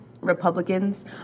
Republicans